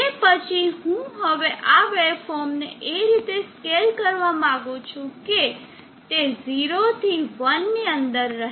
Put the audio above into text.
તે પછી હું હવે આ વેવફોર્મને એ રીતે સ્કેલ કરવા માંગું છું કે તે 0 થી 1 ની અંદર રહે